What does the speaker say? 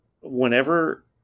whenever